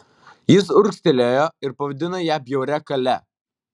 jis urgztelėjo ir pavadino ją bjauria kale